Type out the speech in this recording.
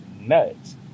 nuts